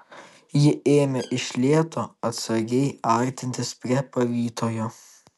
ji ėmė iš lėto atsargiai artintis prie pavytojo